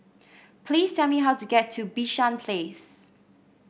please tell me how to get to Bishan Place